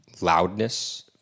loudness